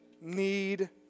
Need